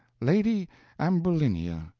lady ambulinia,